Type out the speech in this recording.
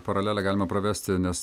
paralelę galima pravesti nes